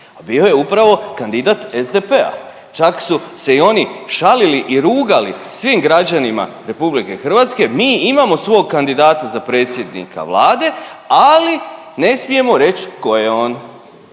a bio je upravo kandidat SDP-a. Čak su se i oni šalili i rugali svim građanima RH, mi imamo svog kandidata za predsjednika Vlade, ali ne smijemo reći tko je on.